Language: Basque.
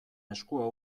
eskua